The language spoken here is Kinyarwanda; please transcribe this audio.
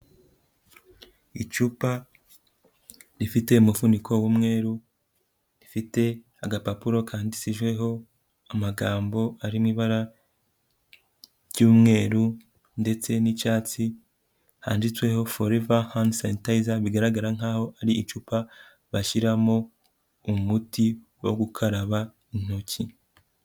Icupa rifite umufuniko w'umweru, rifite agapapuro kanditseho amagambo ari mu ibara ry'umweru ndetse n'icyatsi, handitsweho "Forever Hand Sanitizer" bigaragara nkaho ari icupa bashyiramo umuti wo gukaraba intoki.